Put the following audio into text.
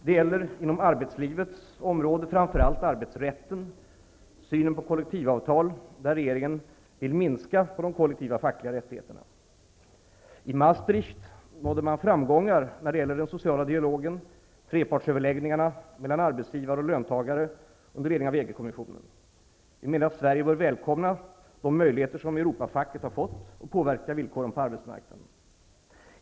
Det gäller framför allt arbetslivets område, särskilt arbetsrätten, synen på kollektivavtal, där regeringen vill minska de kollektiva fackliga rättigheterna. I Maastricht nådde man framgångar när det gällde den sociala dialogen, trepartsöverläggningarna mellan arbetsgivare och löntagare under ledning av EG-kommissionen. Vi menar att Sverige bör välkomna de möjligheter som Europafacket har fått att påverka villkoren på arbetsmarknaden.